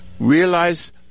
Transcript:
realize